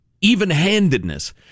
even-handedness